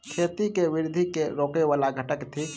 खेती केँ वृद्धि केँ रोकय वला घटक थिक?